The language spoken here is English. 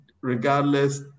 regardless